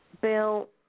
Bill